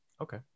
okay